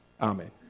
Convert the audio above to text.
Amen